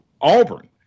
auburn